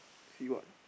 see what